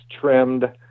trimmed